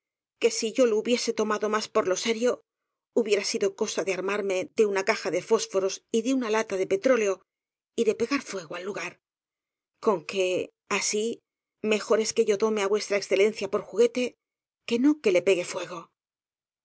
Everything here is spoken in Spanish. que si yo lo hubiese tomado más por lo serio hubiera sido cosa dé armarme de una caja de fósforos y de una lata de petróleo y de pegar fuego al lugar con que así mejor es que yo tome á v e por juguete que no que le pegue fuego